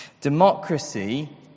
Democracy